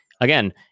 again